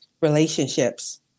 Relationships